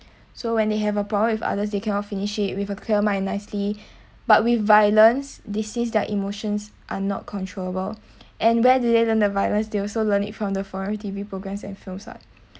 so when they have a problem with others they cannot finish it with a clear mind nicely but with violence deceased their emotions are not controllable and where did they learn the violence they also learn it from the former T_V programmes and films like